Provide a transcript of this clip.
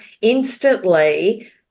instantly